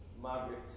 Margaret